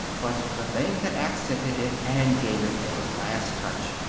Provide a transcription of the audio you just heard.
but the thing that accented it, and gave it a last touch,